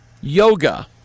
yoga